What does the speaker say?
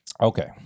Okay